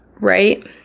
right